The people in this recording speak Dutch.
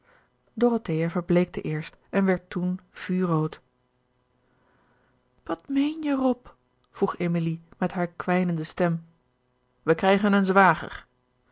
dorothea verbleekte eerst en werd toen vuurrood wat meen je rob vroeg emilie met hare kwijnende stem wij krijgen een zwager